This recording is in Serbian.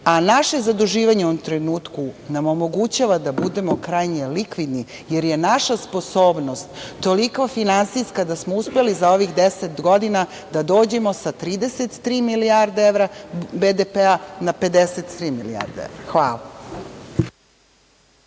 Naše zaduživanje u ovom trenutku nam omogućava da budemo krajnje likvidni, jer je naša sposobnost toliko finansijska da smo uspeli za ovih 10 godina da dođemo sa 33 milijarde evra BDP na 53 milijarde evra. Hvala.